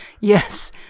yes